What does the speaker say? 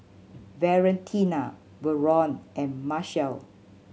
Valentina Verlon and Marcel